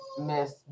Miss